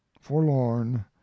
forlorn